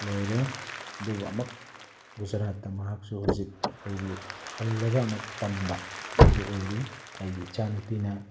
ꯂꯣꯏꯔꯦ ꯑꯗꯨꯕꯨ ꯑꯃꯨꯛ ꯒꯨꯖꯔꯥꯠꯇ ꯃꯍꯥꯛꯁꯨ ꯍꯧꯖꯤꯛ ꯑꯩꯈꯣꯏꯒꯤ ꯍꯜꯂꯒ ꯑꯃꯨꯛ ꯇꯝꯕ ꯑꯗꯨ ꯑꯣꯏꯔꯤ ꯑꯩꯒꯤ ꯏꯆꯥꯅꯨꯄꯤꯅ